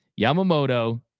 Yamamoto